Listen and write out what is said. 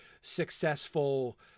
successful